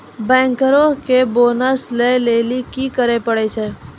बैंकरो के बोनस लै लेली कि करै पड़ै छै?